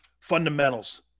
fundamentals